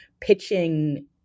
pitching